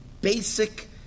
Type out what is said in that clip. basic